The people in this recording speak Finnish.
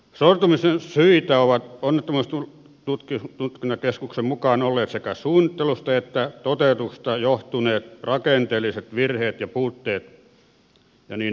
sortumisen syitä ovat onnettomuustutkintakeskuksen mukaan olleet sekä suunnittelusta että toteutuksesta johtuneet rakenteelliset virheet ja puutteet ja niin edelleen